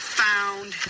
found